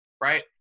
Right